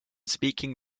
speaking